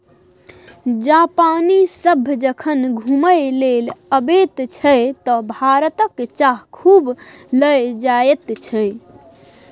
जापानी सभ जखन घुमय लेल अबैत छै तँ भारतक चाह खूब लए जाइत छै